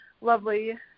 lovely